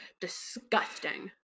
Disgusting